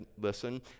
listen